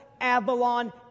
Avalon